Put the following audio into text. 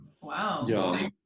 wow